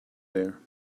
there